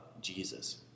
Jesus